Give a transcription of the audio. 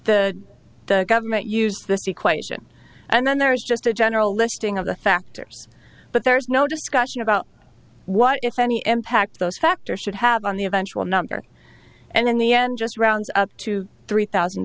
the government used this equation and then there's just a general listing of the factors but there is no discussion about what if any impact those factors should have on the eventual number and in the end just rounds up to three thousand